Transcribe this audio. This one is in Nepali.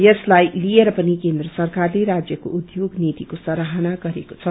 यसलाई लिएर पनि केन्द्र सरकारले राज्यको उपोग नीति सराहना गरेको छ